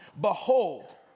behold